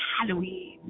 Halloween